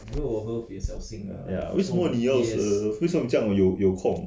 ya 为什么你要 serve 为什么你这样有有空